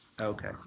Okay